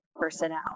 personnel